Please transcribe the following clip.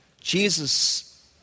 Jesus